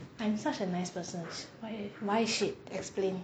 I'm such a nice person why shit explain